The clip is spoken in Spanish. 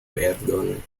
perdonan